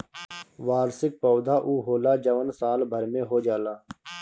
वार्षिक पौधा उ होला जवन साल भर में हो जाला